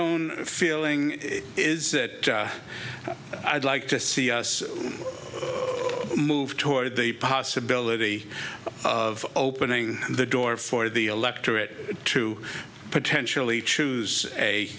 own feeling is that i'd like to see us move toward the possibility of opening the door for the electorate to potentially choose a